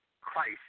Christ